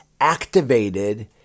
activated